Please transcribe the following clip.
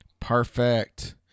Perfect